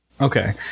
Okay